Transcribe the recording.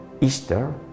Easter